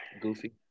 Goofy